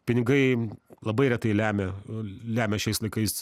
pinigai labai retai lemia lemia šiais laikais